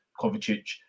Kovacic